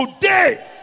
today